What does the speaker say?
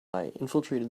infiltrated